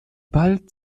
bald